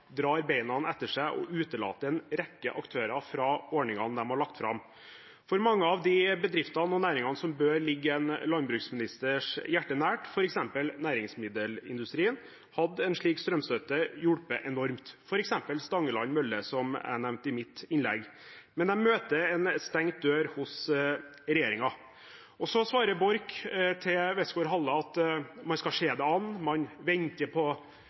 drar beina etter seg og utelater en rekke aktører fra ordningene de har lagt fram. For mange av de bedriftene og næringene som bør ligge en landbruksministers hjerte nært, f.eks. næringsmiddelindustrien, hadde en slik strømstøtte hjulpet enormt, f.eks. for Stangeland Mølle, som jeg nevnte i mitt innlegg. Men de møter en stengt dør hos regjeringen. Så svarer Borch til Westgaard-Halle at man skal se det an. Man venter kanskje på